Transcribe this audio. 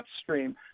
upstream